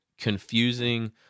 confusing